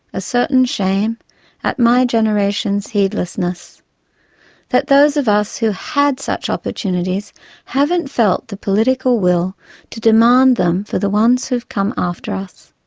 a certain shame at my generation's heedlessness that those of us who had such opportunities haven't felt the political will to demand them for the ones who've come after us.